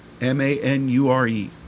M-A-N-U-R-E